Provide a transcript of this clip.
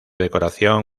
decoración